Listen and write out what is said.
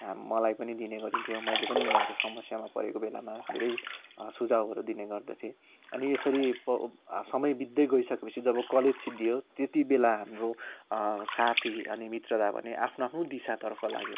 मलाई पनि दिने गरिन्थ्यो मैले पनि उनीहरू समस्यामा परेको बेलामा धेरै सुझाउहरू दिने गर्दथिएँ अनि यसरी समय बित्दै गएसकेपछि जब कलेज सिद्धियो त्यति बेला हाम्रो साथी अनि मित्रता भने आफ्नो आफ्नो दिशातर्फ लाग्यो